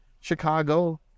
Chicago